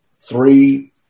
three